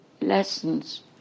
lessons